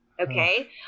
Okay